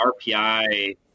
rpi